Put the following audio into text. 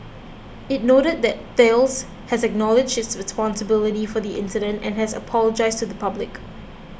it noted that Thales has acknowledged its responsibility for the incident and has apologised to the public